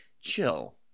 chill